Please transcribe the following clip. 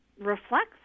reflects